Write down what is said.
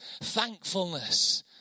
thankfulness